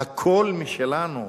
הכול משלנו.